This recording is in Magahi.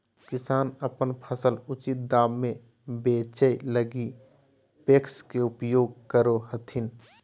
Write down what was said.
किसान अपन फसल उचित दाम में बेचै लगी पेक्स के उपयोग करो हथिन